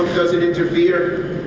doesn't interfere,